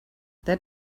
that